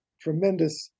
tremendous